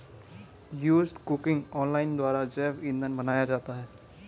used cooking oil द्वारा जैव इंधन बनाया जाता है